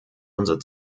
unser